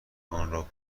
آنرا